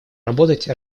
работать